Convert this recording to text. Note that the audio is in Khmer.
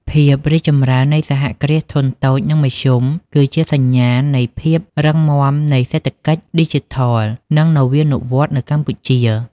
ភាពរីកចម្រើននៃសហគ្រាសធុនតូច និងមធ្យម គឺជាសញ្ញាណនៃភាពរឹងមាំនៃសេដ្ឋកិច្ចឌីជីថល និងនវានុវត្តន៍នៅកម្ពុជា។